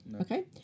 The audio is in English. Okay